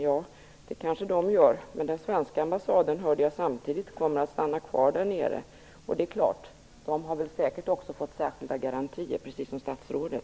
Ja, det kanske de gör, men jag hörde samtidigt att den svenska ambassadpersonalen kommer att stanna kvar där nere. De har väl säkert också fått särskilda garantier, precis som statsrådet.